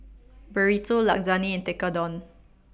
Burrito Lasagne and Tekkadon